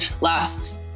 last